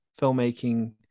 filmmaking